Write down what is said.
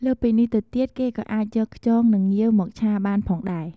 លើសពីនេះទៅទៀតគេក៏អាចយក ខ្យង និងងាវ មកឆាបានផងដែរ។